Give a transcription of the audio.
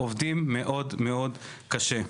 עובדים מאוד קשה.